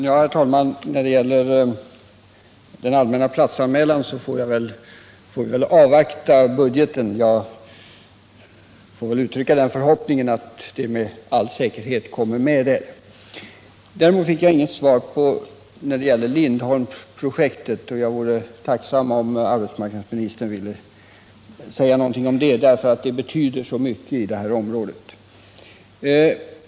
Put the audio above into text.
Herr talman! När det gäller den allmänna platsanmälan får vi väl avvakta budgeten. Jag vill uttrycka förhoppningen att den frågan kommer med där. Däremot fick jag inget svar när det gäller Lindholmenprojektet. Jag vore tacksam om arbetsmarknadsministern ville säga någonting om detta, därför att det betyder så mycket i det här området.